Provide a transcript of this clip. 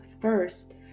first